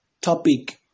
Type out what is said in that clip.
topic